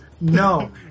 No